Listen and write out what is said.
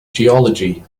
geology